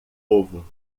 ovo